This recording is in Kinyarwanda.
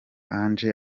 ange